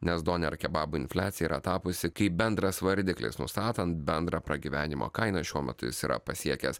nes doner kebabo infliacija yra tapusi kaip bendras vardiklis nustatant bendrą pragyvenimo kainą šiuo metu jis yra pasiekęs